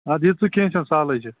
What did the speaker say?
اَدٕ یہِ ژٕ کیٚنٛہہ چھُنہٕ سہلٕے چھِ